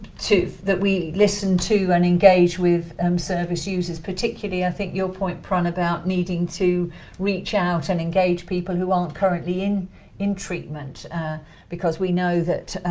that we listen to and engage with um service users, particularly i think your point, prun, about needing to reach out and engage people who aren't currently in in treatment because we know that